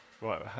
right